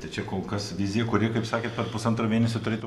tai čia kol kas vizija kuri kaip sakėt per pusantro mėnesio turėtų